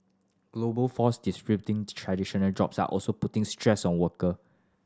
global force traditional jobs are also putting stress on worker